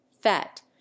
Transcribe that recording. fat